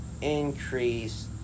increase